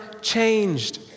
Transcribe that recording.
changed